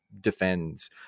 defends